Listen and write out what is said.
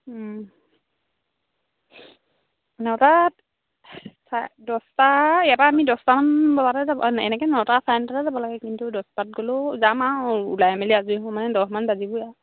নটাত দছটাত ইয়াৰপৰা আমি দহটামান বজাতে যাব এনেকৈ নটা চাৰে নটাতে যাব লাগে কিন্তু দহটাত গ'লেও যাম আৰু ওলাই মেলি আজৰি হওঁ মানে দহমান বাজিবই আৰু